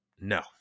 No